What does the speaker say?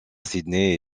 sidney